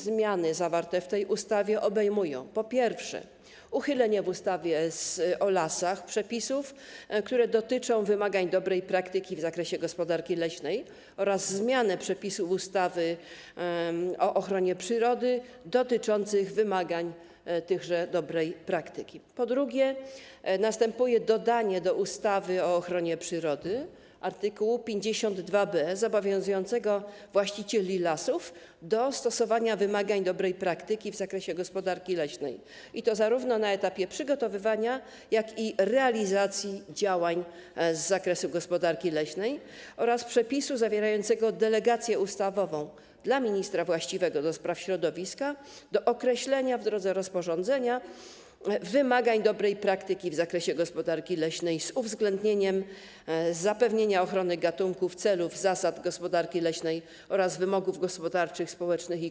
Zmiany zawarte w tej ustawie obejmują: po pierwsze, uchylenie w ustawie o lasach przepisów, które dotyczą wymagań dobrej praktyki w zakresie gospodarki leśnej oraz zmianę przepisów ustawy o ochronie przyrody dotyczących tychże wymagań dobrej praktyki; po drugie, dodanie w ustawie o ochronie przyrody art. 52b zobowiązującego właścicieli lasów do stosowania wymagań dobrej praktyki w zakresie gospodarki leśnej i to zarówno na etapie przygotowywania, jak i na etapie realizacji działań z zakresu gospodarki leśnej oraz przepisu zawierającego delegację ustawową dla ministra właściwego ds. środowiska do określenia, w drodze rozporządzenia, wymagań dobrej praktyki w zakresie gospodarki leśnej z uwzględnieniem zapewnienia ochrony gatunków, celów, zasad gospodarki leśnej oraz wymogów gospodarczych, społecznych i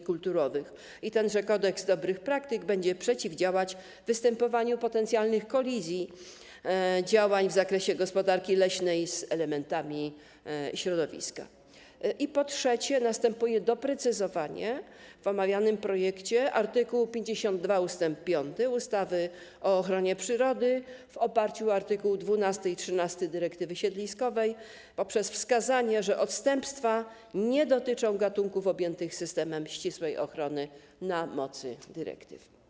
kulturowych - tenże kodeks dobrych praktyk będzie przeciwdziałać występowaniu potencjalnych kolizji działań w zakresie gospodarki leśnej z elementami środowiska; po trzecie, doprecyzowanie w omawianym projekcie art. 52 ust. 5 ustawy o ochronie przyrody w oparciu o art. 12 i art. 13 dyrektywy siedliskowej poprzez wskazanie, że odstępstwa nie dotyczą gatunków objętych systemem ścisłej ochrony na mocy dyrektyw.